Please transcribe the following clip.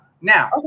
now